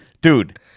Dude